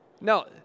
No